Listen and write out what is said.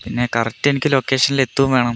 പിന്നെ കറക്റ്റ് എനിക്ക് ലൊക്കേഷനിൽ എത്തുകയും വേണം